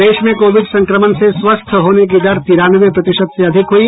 प्रदेश में कोविड संक्रमण से स्वस्थ होने की दर तिरानवे प्रतिशत से अधिक हुई